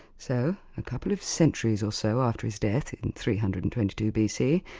so, a couple of centuries or so after his death in three hundred and twenty two bc,